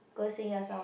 go sing a song